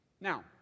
Now